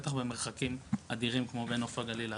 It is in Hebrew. בטח במרחקים אדירים כמו מנוף הגליל לאשדוד,